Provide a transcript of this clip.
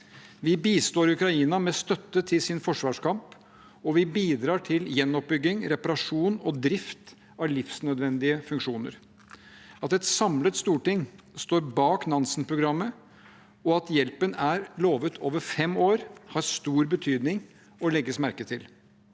Vi bistår Ukraina med støtte til deres forsvarskamp, og vi bidrar til gjenoppbygging, reparasjon og drift av livsnødvendige funksjoner. At et samlet storting står bak Nansen-programmet, og at hjelpen er lovet over fem år, har stor betydning og legges merke til.